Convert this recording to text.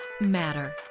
matter